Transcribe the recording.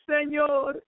Señor